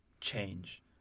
change